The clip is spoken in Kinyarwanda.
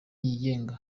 yigenga